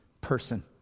person